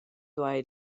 duei